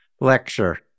lecture